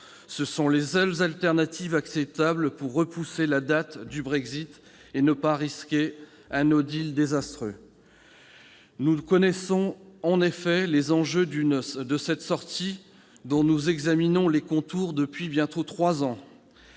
c'est la seule alternative acceptable pour repousser la date du Brexit et ne pas risquer un désastreux. Nous connaissons en effet les enjeux de cette sortie dont nous examinons les contours depuis bientôt trois ans.